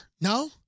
No